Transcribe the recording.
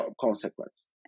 consequence